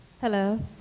Hello